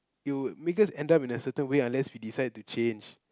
it would make us end up in a certain way unless we decide to change